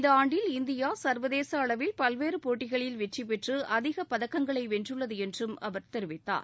இந்த ஆண்டில் இந்தியா சர்வதேச அளவில் பல்வேறு போட்டிகளில் வெற்றி பெற்று அதிகப் பதக்கங்களை வென்றுள்ளது என்றும் அவர் தெரிவித்தார்